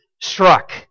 struck